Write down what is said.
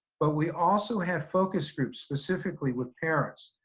but we also had focus groups specifically with parents,